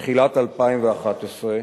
בתחילת 2011,